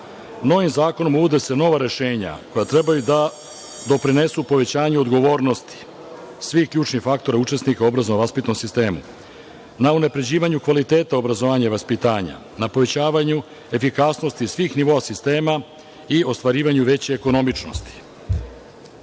Novim zakonom se nude nova rešenja koja trebaju da doprinesu povećanju odgovornosti svih ključnih faktora, učesnika u obrazovno-vaspitnom sistemu na unapređivanju kvaliteta obrazovanja i vaspitanja, na povećavanju efikasnosti svih nivoa sistema i ostvarivanju veće ekonomičnosti. Neka